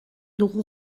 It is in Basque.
dugu